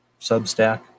Substack